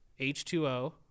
h2o